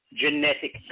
genetic